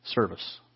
Service